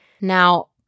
Now